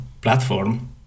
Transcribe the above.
platform